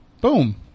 Boom